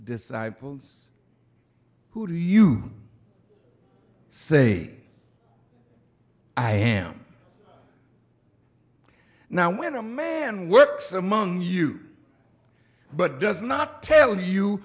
disciples who do you say i am now when a man works among you but does not tell you